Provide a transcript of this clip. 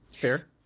Fair